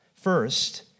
First